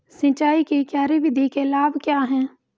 सिंचाई की क्यारी विधि के लाभ क्या हैं?